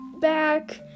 back